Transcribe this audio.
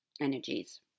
energies